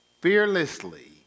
fearlessly